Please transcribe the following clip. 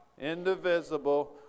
indivisible